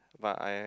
but I